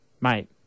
Mate